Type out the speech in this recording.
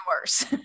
worse